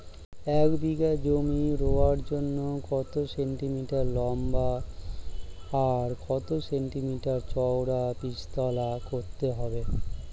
এক বিঘা জমি রোয়ার জন্য কত সেন্টিমিটার লম্বা আর কত সেন্টিমিটার চওড়া বীজতলা করতে হবে?